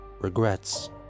regrets